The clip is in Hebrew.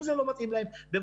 אם זה לא מתאים להם, אז לא.